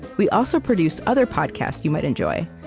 we also produce other podcasts you might enjoy,